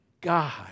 God